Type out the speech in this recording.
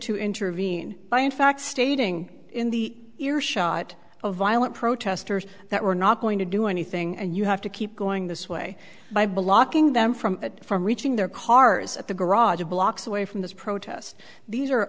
to intervene by in fact stating in the earshot of violent protesters that we're not going to do anything and you have to keep going this way by blocking them from from reaching their cars at the garage blocks away from this protest these are